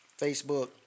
Facebook